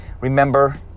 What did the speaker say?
remember